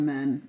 Men